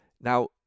Now